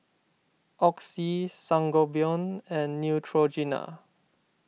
Oxy Sangobion and Neutrogena